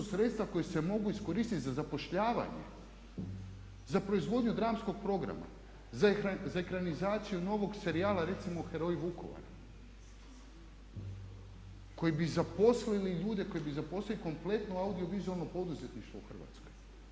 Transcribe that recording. To su sredstva koja se mogu iskoristiti za zapošljavanje, za proizvodnju dramskog programa, za ekranizaciju novog serijala recimo „Heroji Vukovara“ koji bi zaposlili ljude, koji bi zaposlili kompletno audiovizualno poduzetništvo u Hrvatskoj.